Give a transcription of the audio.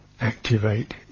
activate